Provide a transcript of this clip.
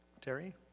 Terry